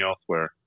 elsewhere